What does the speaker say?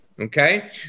Okay